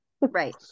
Right